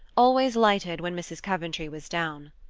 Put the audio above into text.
always lighted when mrs. coventry was down.